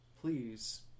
please